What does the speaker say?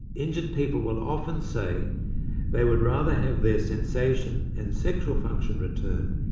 injured people will often say they would rather have their sensation and sexual function returned,